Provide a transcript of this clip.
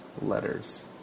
letters